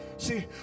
see